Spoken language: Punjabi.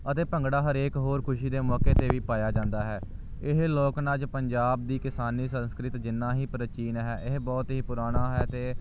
ਅਤੇ ਭੰਗੜਾ ਹਰੇਕ ਹੋਰ ਖੁਸ਼ੀ ਦੇ ਮੌਕੇ 'ਤੇ ਵੀ ਪਾਇਆ ਜਾਂਦਾ ਹੈ ਇਹ ਲੋਕ ਨਾਚ ਪੰਜਾਬ ਦੀ ਕਿਸਾਨੀ ਸੰਸਕ੍ਰਿਤ ਜਿੰਨਾ ਹੀ ਪ੍ਰਾਚੀਨ ਹੈ ਇਹ ਬਹੁਤ ਹੀ ਪੁਰਾਣਾ ਹੈ ਅਤੇ